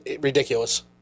ridiculous